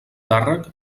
càrrec